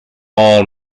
all